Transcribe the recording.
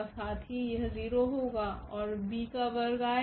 साथ ही यह 0 होगा और b का वर्ग आएगा